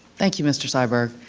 thank you, mr. syberg.